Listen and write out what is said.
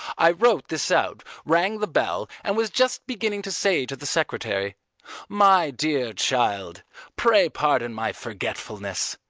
i wrote this out, rang the bell, and was just beginning to say to the secretary my dear child pray pardon my forgetfulness.